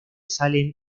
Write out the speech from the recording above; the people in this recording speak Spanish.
salen